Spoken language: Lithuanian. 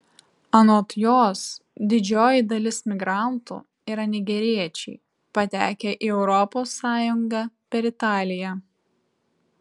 anot jos didžioji dalis migrantų yra nigeriečiai patekę į europos sąjungą per italiją